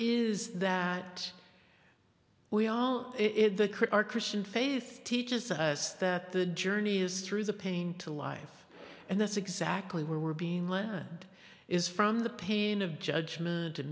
is that we are in the crate our christian faith teaches us that the journey is through the pain to life and that's exactly where we're being land is from the pain of judgment and